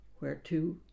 whereto